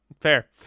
Fair